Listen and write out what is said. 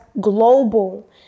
global